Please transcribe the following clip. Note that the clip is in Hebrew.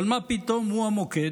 אבל מה פתאום הוא המוקד?